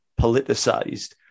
politicized